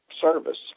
service